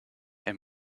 and